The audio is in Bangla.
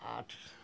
আর